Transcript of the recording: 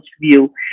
view